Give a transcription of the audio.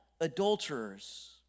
adulterers